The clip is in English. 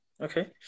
okay